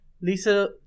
lisa